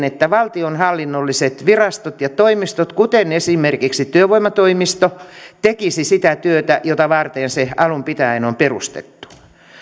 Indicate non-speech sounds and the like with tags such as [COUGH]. [UNINTELLIGIBLE] että valtionhallinnolliset virastot ja toimistot kuten esimerkiksi työvoimatoimisto tekisivät sitä työtä jota varten ne alun pitäen on perustettu